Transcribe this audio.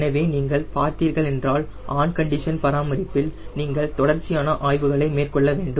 எனவே நீங்கள் பார்த்தீர்கள் என்றால் ஆன் கண்டிஷன் பராமரிப்பில் நீங்கள் தொடர்ச்சியான ஆய்வுகளை மேற்கொள்ள வேண்டும்